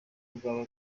rwaba